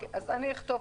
אני חושב